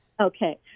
Okay